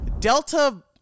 Delta